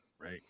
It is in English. right